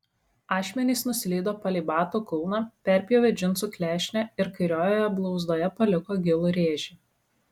ašmenys nuslydo palei bato kulną perpjovė džinsų klešnę ir kairiojoje blauzdoje paliko gilų rėžį